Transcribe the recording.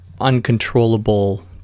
uncontrollable